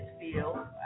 feel